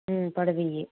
పొడవ్వి